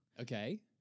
Okay